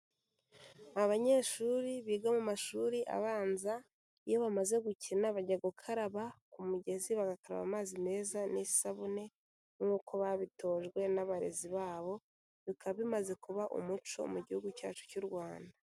Abanyeshuri biga mu mashuri abanza, iyo bamaze gukina bajya gukaraba ku mugezi, bagakaraba amazi meza n'isabune, nk'uko babitojwe n'abarezi babo bikaba bimaze kuba umuco mu gihugu cyacu cy'u Rwanda.